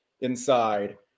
inside